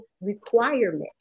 requirement